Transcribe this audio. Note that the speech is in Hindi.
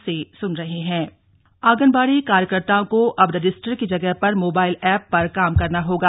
आंगनबाड़ी रुद्रप्रयाग आंगनबाडी कार्यकर्ताओं को अब रजिस्टर की जगह पर मोबाइल एप पर काम करना होगा